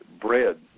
Bread